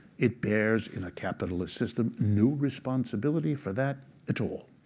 it bears in a capitalist system no responsibility for that at all.